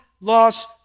loss